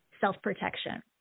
self-protection